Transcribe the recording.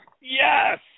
yes